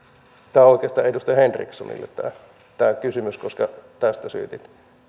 on oikeastaan edustaja henrikssonille koska tästä syytit